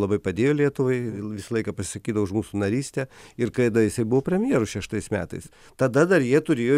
labai padėjo lietuvai visą laiką pasisakydavo už mūsų narystę ir kada jisai buvo premjeru šeštais metais tada dar jie turėjo